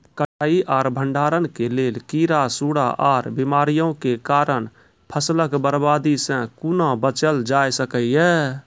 कटाई आर भंडारण के लेल कीड़ा, सूड़ा आर बीमारियों के कारण फसलक बर्बादी सॅ कूना बचेल जाय सकै ये?